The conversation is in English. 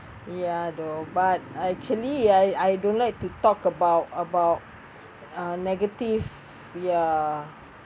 ya the but actually I I don't like to talk about about uh negative ya